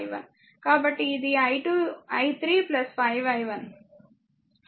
కాబట్టి ఇది i 3 5 i 1 రెండూ కరెంట్ i2 i 1 గా ఉన్నాయి